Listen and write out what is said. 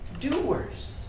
doers